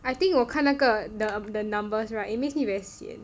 I think 我看那个 the the numbers right it makes me very sian